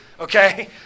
okay